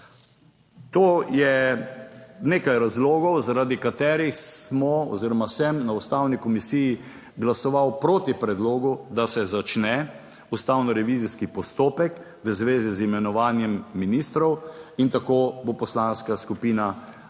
To je nekaj razlogov, zaradi katerih smo oziroma sem na Ustavni komisiji glasoval proti predlogu, da se začne ustavnorevizijski postopek v zvezi z imenovanjem ministrov in tako bo poslanska skupina tudi